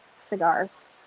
cigars